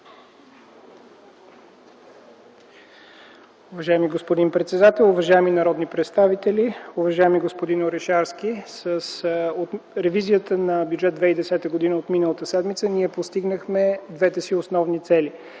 Уважаеми господин председател, уважаеми народни представители! Уважаеми господин Орешарски, с ревизията на Бюджет 2010 от миналата седмица ние постигнахме двете си основни цели